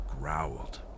growled